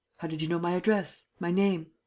how did you know my address, my name?